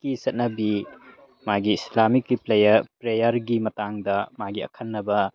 ꯀꯤ ꯆꯠꯅꯕꯤ ꯃꯥꯒꯤ ꯏꯁꯂꯥꯃꯤꯛꯀꯤ ꯄ꯭ꯔꯦꯌꯔꯒꯤ ꯃꯇꯥꯡꯗ ꯃꯥꯒꯤ ꯑꯈꯟꯅꯕ